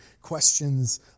questions